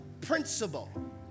principle